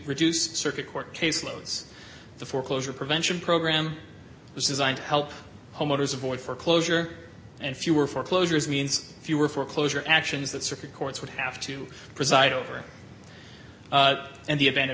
reduce circuit court case loads the foreclosure prevention program was designed to help homeowners avoid foreclosure and fewer foreclosures means fewer foreclosure actions that circuit courts would have to preside over and the